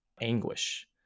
anguish